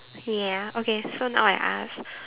ya okay so now I ask